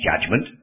judgment